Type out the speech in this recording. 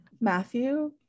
Matthew